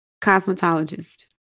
cosmetologist